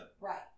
Right